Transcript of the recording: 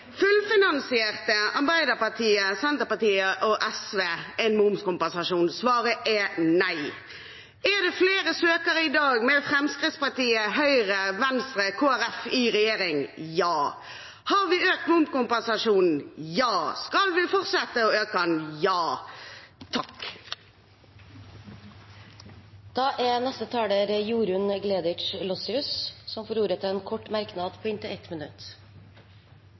Fullfinansierte Arbeiderpartiet, Senterpartiet og SV en momskompensasjon? Svaret er nei. Er det flere søkere i dag, med Fremskrittspartiet, Høyre, Venstre og Kristelig Folkeparti i regjering? Ja. Har vi økt momskompensasjonen? Ja. Skal vi fortsette å øke den? Ja. Representanten Jorunn Gleditsch Lossius har hatt ordet to ganger tidligere og får ordet til en kort merknad, begrenset til 1 minutt.